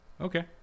Okay